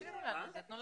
השר להשכלה גבוהה